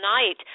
tonight